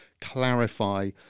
clarify